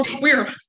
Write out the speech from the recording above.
Weird